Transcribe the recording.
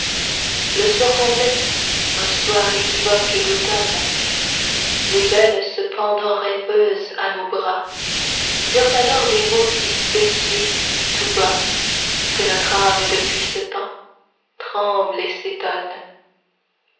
le soir tombait un soir équivoque d'automne les belles se pendant rêveuses à nos bras dirent alors des mots si spécieux tout bas que notre âme depuis ce temps tremble et s'étonne